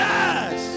Yes